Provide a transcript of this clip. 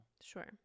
sure